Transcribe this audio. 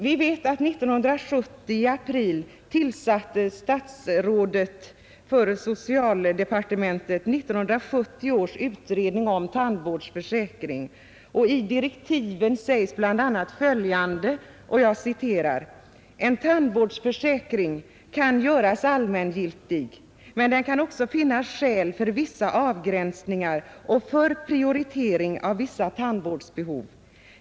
Vi vet att i april 1970 tillsatte chefen för socialdepartementet 1970 års utredning om tandvårdsförsäkring, och i direktiven sägs bl.a. följande: ”En tandvårdsförsäkring kan göras allmängiltig, men det kan också finnas skäl för vissa avgränsningar och för prioritering av vissa tandvårdsbehov.